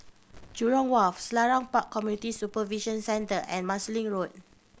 Jurong Wharf Selarang Park Community Supervision Centre and Marsiling Road